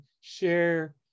share